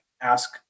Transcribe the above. ask